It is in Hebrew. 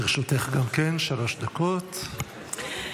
לרשותך גם כן שלוש דקות, בבקשה.